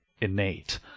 innate